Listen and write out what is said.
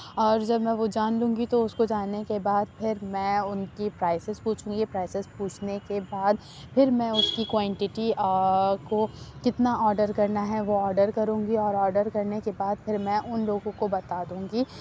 اور جب میں وہ جان لوں گی تو اس کو جاننے کے بعد پھر میں ان کی پرائسز پوچھوں گی پرائسز پوچھنے کے بعد پھر میں اس کی کوائنٹٹی کو کتنا آڈر کرنا ہے وہ آڈر کروں گی اور آڈر کرنے کے بعد پھر میں ان لوگوں کو بتا دوں گی